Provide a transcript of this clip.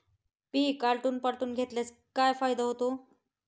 पीक आलटून पालटून घेतल्यास काय फायदा होतो?